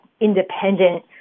independent